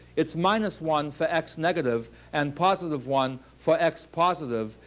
it's minus one for x negative and positive one for x positive.